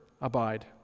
Abide